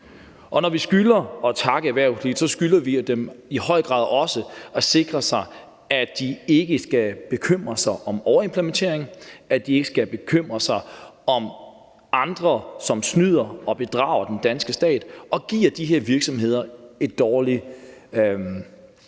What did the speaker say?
Når vi skylder at takke erhvervslivet, skylder vi dem i høj grad også at sikre, at de ikke skal bekymre sig om overimplementering, at de ikke skal bekymre sig om andre, som snyder og bedrager den danske stat, og som giver de her virksomheder et dårligt image